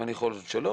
יכול להיות שלא,